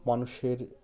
মানুষের